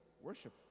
worship